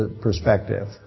perspective